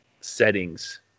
settings